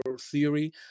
theory